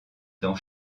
dans